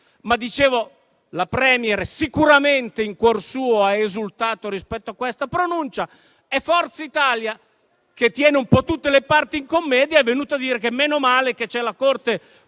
arrivati. La *Premier* sicuramente in cuor suo ha esultato per questa pronuncia e Forza Italia, che tiene un po' tutte le parti in commedia, è venuta a dire: meno male che c'è la Corte